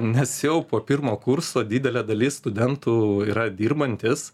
nes jau po pirmo kurso didelė dalis studentų yra dirbantys